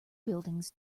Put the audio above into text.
buildings